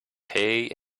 pay